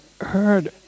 heard